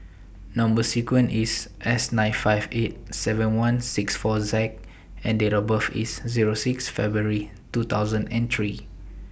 Number sequence IS S nine five eight seven one six four Z and Date of birth IS Zero six February two thousand and three